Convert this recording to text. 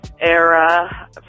era